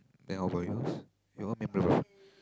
then how about yours you got memorable